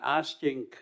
asking